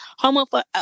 homophobic